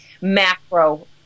macro